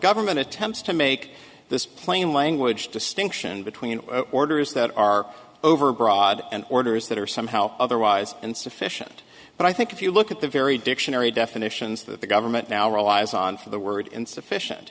government attempts to make this plain language distinction between orders that are overbroad and orders that are somehow otherwise insufficient but i think if you look at the very dictionary definitions that the government now relies on for the word insufficient